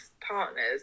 partners